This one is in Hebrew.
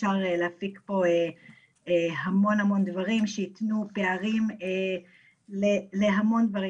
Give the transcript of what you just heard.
אפשר יהיה להפיק פה המון דברים שיתנו פערים בהמון דברים,